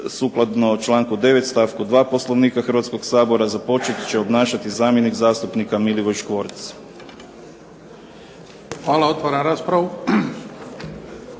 sukladno članku 9. stavku 2. Poslovnika Hrvatskoga sabora započet će obnašati zamjenik zastupnika Milivoj Škvorc. **Bebić, Luka